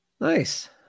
Nice